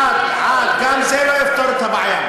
גם זה לא יפתור את הבעיה.